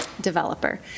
developer